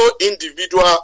individual